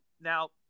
Now